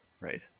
right